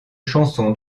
chansons